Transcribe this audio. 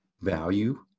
value